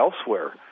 elsewhere